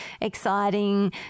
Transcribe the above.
exciting